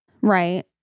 Right